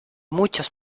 muchos